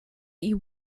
you